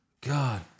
God